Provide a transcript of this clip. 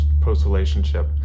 post-relationship